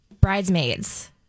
Bridesmaids